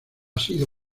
sido